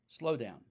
slowdown